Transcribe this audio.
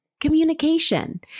communication